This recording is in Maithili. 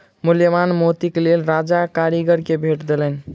मूल्यवान मोतीक लेल राजा कारीगर के भेट देलैन